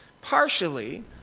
Partially